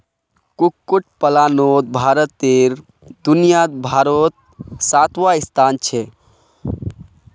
कुक्कुट पलानोत भारतेर दुनियाभारोत सातवाँ स्थान छे